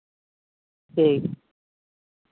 ᱴᱷᱤᱠ